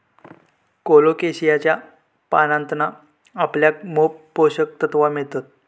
कोलोकेशियाच्या पानांतना आपल्याक मोप पोषक तत्त्वा मिळतत